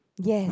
yes